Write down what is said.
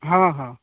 ହଁ ହଁ